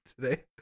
today